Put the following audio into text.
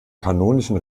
kanonischen